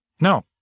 No